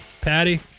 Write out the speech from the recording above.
Patty